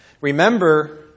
Remember